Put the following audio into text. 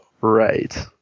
Right